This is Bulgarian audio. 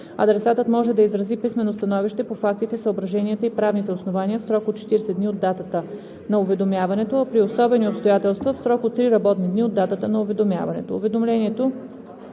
Адресатът може да изрази писмено становище по фактите, съображенията и правните основания, в срок от 14 дни от датата на уведомяването, а при особени обстоятелства – в срок от три работни дни от датата на уведомяването.